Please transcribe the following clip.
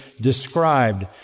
described